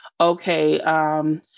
okay